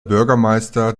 bürgermeister